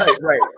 Right